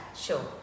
sure